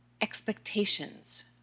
expectations